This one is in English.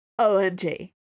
OMG